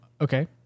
Okay